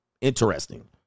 Interesting